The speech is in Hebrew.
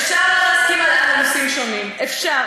אפשר לא להסכים על נושאים שונים, אפשר.